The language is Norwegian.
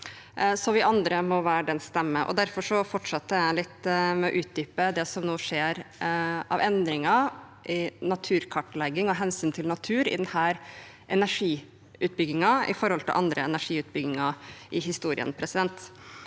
så vi andre må være dens stemme. Derfor fortsetter jeg litt med å utdype det som nå skjer av endringer i naturkartlegging, av hensyn til natur, i denne energiutbyggingen i forhold til andre energiutbygginger i historien. Det